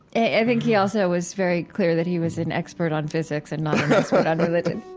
i think he also was very clear that he was an expert on physics and not an expert on religion